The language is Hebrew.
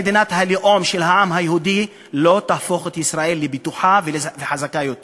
מדינת הלאום של העם היהודי לא תהפוך את ישראל לבטוחה וחזקה יותר